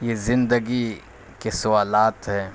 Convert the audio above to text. یہ زندگی کے سوالات ہیں